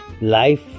life